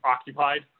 occupied